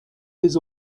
his